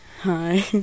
hi